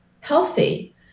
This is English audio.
healthy